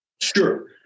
Sure